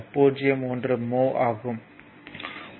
1 mho ஆகும்